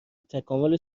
تکامل